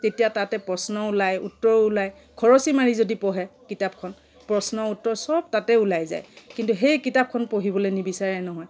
তেতিয়া তাতে প্ৰশ্নও ওলাই উত্তৰো ওলাই খৰচি মাৰি যদি পঢ়ে কিতাপখন প্ৰশ্ন উত্তৰ চব তাতে ওলাই যায় কিন্তু সেই কিতাপখন পঢ়িবলে নিবিচাৰে নহয়